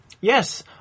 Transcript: Yes